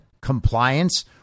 compliance